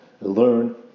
learn